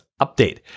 update